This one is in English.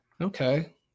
Okay